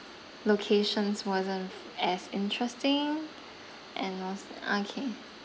locations wasn't as interesting and als~ okay